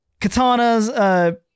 katanas